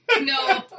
no